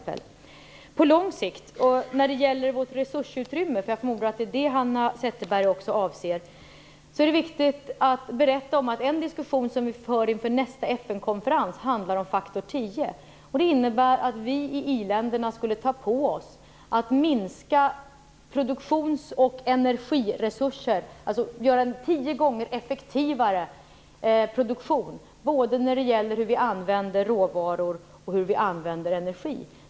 På lång sikt - jag förmodar att Hanna Zetterberg också avser resursutrymmet - är det viktigt att berätta att en diskussion som vi för inför nästa FN-konferens handlar om faktor 10. Det innebär att vi i i-länderna skulle ta på oss att minska produktions och energiresurserna. Det handlar alltså om att göra produktionen tio gånger effektivare när det gäller både hur vi använder råvaror och hur vi använder energi.